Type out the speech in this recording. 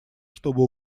чтобы